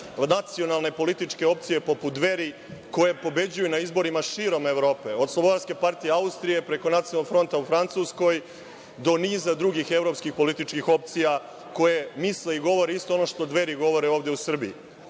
nacionalne političke opcije, poput Dveri, koje pobeđuju na izborima širom Evrope, od Slobodarske partije Austrije, preko Nacionalnog fronta u Francuskoj, do niza drugih evropskih političkih opcija koje misle i govore isto ono što Dveri govore ovde u Srbiji.